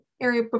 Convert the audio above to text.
area